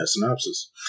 synopsis